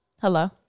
Hello